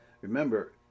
remember